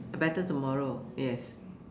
A Better Tomorrow yes